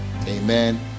amen